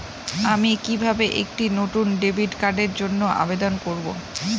আমি কিভাবে একটি নতুন ডেবিট কার্ডের জন্য আবেদন করব?